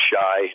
shy